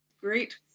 Great